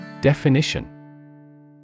Definition